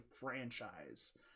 franchise